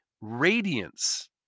radiance